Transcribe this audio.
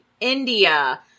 India